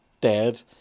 dead